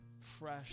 fresh